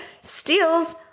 steals